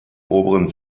oberen